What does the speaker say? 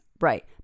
right